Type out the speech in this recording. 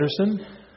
Anderson